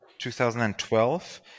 2012